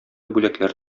бүләкләр